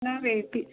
ನಾವು eighth B